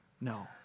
No